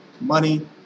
Money